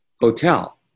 hotel